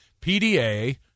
PDA